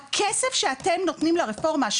הכסף שאתם נותנים לרפורמה,